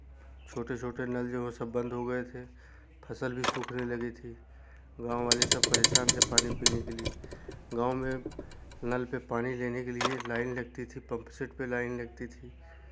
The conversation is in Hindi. छोटे छोटे नल जो हैं सब बंद हो गए थे फ़सल भी सुख ने लगी थी गाँव वाले सब परेशान थे पानी पीने के लिए गाँव में नल पर पानी लेने के लिए लाइन लगती थी पंप सेट पर लाइन लगती थी